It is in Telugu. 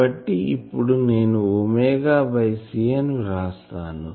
కాబట్టి ఇప్పుడు నేను ఒమేగా C అని వ్రాస్తాను